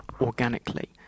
organically